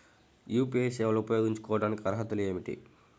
UPI సేవలు ఉపయోగించుకోటానికి అర్హతలు ఏమిటీ?